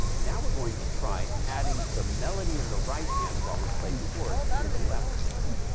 now we're going to try adding the melody in the right hand while we play chords in the left hand.